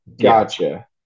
Gotcha